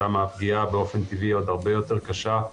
שם הפגיעה באופן טבעי עוד הרבה יותר קשה,